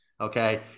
Okay